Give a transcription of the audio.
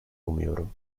umuyorum